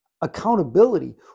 accountability